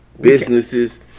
businesses